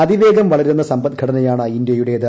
അതിവേഗം വളരുന്ന സമ്പദ്ഘടനയാണ് ഇന്ത്യയുടേത്